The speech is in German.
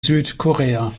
südkorea